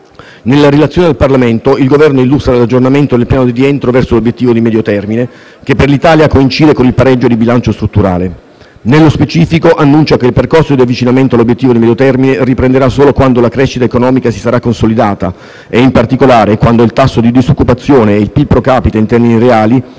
Nella relazione al Parlamento, il Governo illustra l'aggiornamento del piano di rientro verso l'obiettivo di medio termine, che per l'Italia coincide con il pareggio di bilancio strutturale. Nello specifico, annuncia che il percorso di avvicinamento all'obiettivo di medio termine riprenderà solo quando la crescita economica si sarà consolidata e, in particolare, quando il tasso di disoccupazione e il PIL *pro capite* in termini reali